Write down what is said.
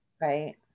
right